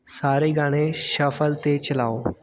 ਸਾਰੇ ਗਾਣੇ ਸ਼ਫਲ 'ਤੇ ਚਲਾਓ